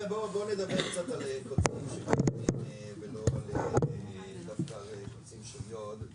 בואו נדבר קצת על קוצים של --- ולא דווקא על קוצים של יו"ד.